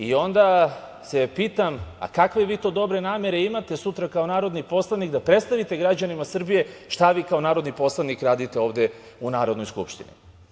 I onda se pitam kakve vi to dobre namere imate sutra kao narodni poslanik da predstavite građanima Srbije šta vi kao narodni poslanik radite ovde u Narodnoj skupštini.